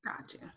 Gotcha